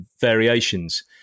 variations